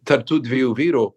tarp tų dviejų vyrų